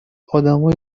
ادمای